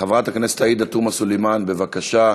חברת הכנסת עאידה תומא סלימאן, בבקשה.